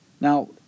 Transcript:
Now